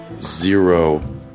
zero